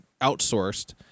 outsourced